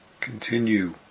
continue